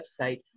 website